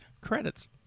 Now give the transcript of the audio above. Credits